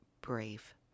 brave